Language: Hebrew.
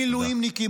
מילואימניקים,